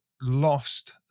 lost